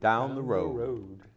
down the road